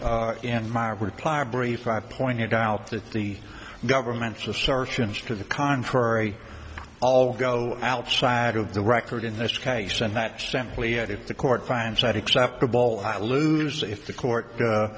farther in my reply brief i pointed out that the government's assertions to the contrary all go outside of the record in this case and that simply if the court finds that acceptable i lose if the court